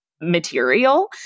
material